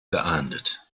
geahndet